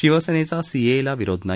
शिवसेनेचा सीएएला विरोध नाही